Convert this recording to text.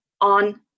on